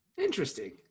Interesting